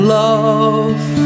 love